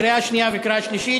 קריאה שנייה וקריאה שלישית.